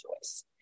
choice